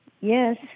Yes